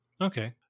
Okay